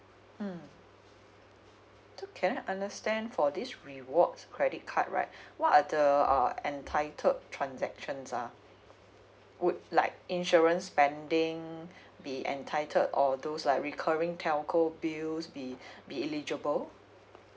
mm so can I understand for this rewards credit card right what are the uh entitled transactions ah would like insurance spending be entitled or those like recurring telco bills be be eligible